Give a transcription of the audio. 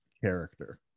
character